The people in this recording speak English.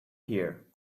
here